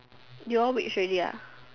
you all reach already ah